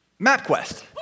MapQuest